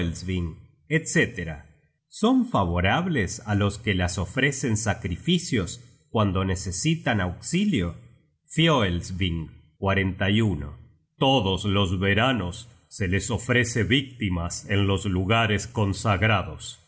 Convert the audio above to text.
etc son favorables á los que las ofrecen sacrificios cuando necesitan auxilio fioelsving todos los veranos se las ofrece víctimas en los lugares consagrados